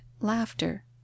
laughter